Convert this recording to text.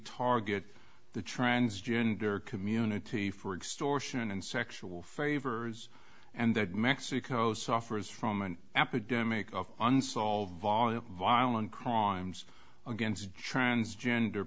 target the transgender community for extortion and sexual favors and that mexico's offers from an epidemic of unsolved volatile violent crimes against transgender